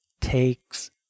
takes